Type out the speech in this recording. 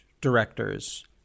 directors